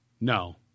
no